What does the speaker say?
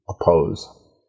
oppose